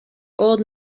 old